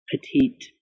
petite